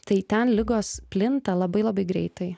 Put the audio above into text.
tai ten ligos plinta labai labai greitai